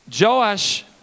Joash